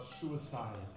suicide